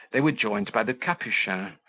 they were joined by the capuchin,